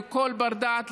לכל בר-דעת,